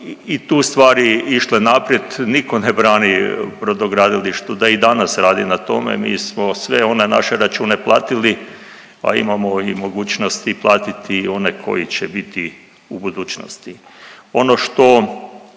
i tu stvari išle naprijed. Nitko ne brani brodogradilištu da i danas radi na tome. Mi smo sve one naše račune platili pa imamo i mogućnosti platiti i one koji će biti u budućnosti.